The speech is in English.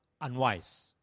unwise